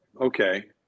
Okay